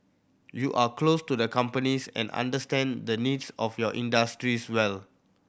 you are close to the companies and understand the needs of your industries well